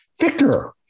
Victor